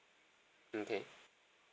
okay